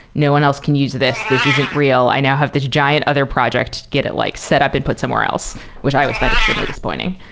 no one else can use this. this isn't real. i now have this giant other project. get it, like set up and put somewhere else, which i always find extremely disappointing,